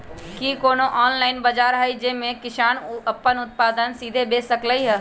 कि कोनो ऑनलाइन बाजार हइ जे में किसान अपन उत्पादन सीधे बेच सकलई ह?